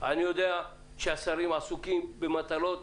אני יודע שהשרים עסוקים במטלות